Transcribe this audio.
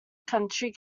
county